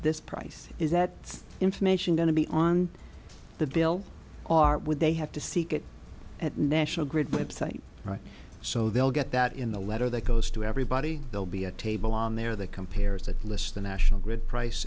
this price is that information going to be on the bill or would they have to seek it at national grid website right so they'll get that in the letter that goes to everybody they'll be a table on there that compares that list the national grid price